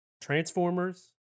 Transformers